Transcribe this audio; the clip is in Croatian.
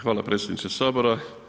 Hvala predsjedniče Sabora.